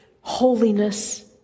holiness